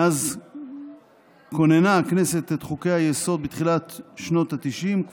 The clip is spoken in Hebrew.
מאז כוננה הכנסת בתחילת שנות התשעים את חוקי-היסוד: